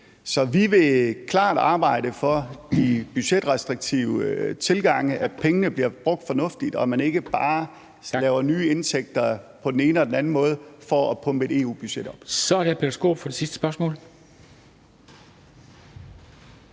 Så vi vil klart arbejde for i budgetrestriktive tilgange, at pengene bliver brugt fornuftigt og man ikke bare laver nye indtægter på den ene og den anden måde for at pumpe et EU-budget op.